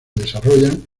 desarrollan